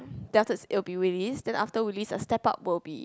then afterwards it will be Willy's then after Willy's a step up will be